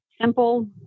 simple